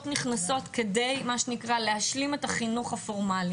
נכנסות כדי להשלים את החינוך הפורמלי,